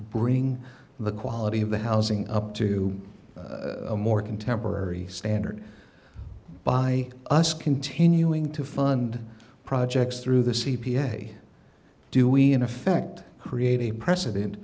bring the quality of the housing up to a more contemporary standard by us continuing to fund projects through the c p a do we in effect create a precedent